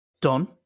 Don